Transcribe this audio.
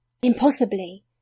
impossibly